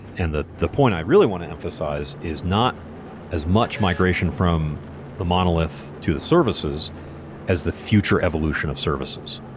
and the the point i really want to emphasize is not as much migration from the monolith to the services as the future evolution of services.